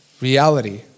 reality